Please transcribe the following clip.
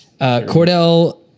Cordell